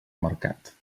mercat